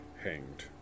hanged